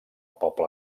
poble